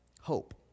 hope